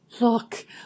look